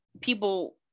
people